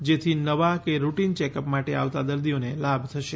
જેથી નવા કે રૂટીન ચેકઅપ માટે આવતા દર્દીઓને લાભ થશે